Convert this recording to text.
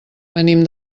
venim